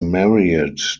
married